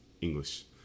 English